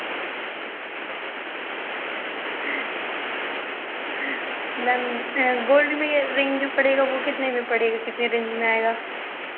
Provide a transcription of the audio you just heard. ma'am gold में यह ring जो पड़ेगा वह कितने में पड़ेगा कितने रेंज में आएगा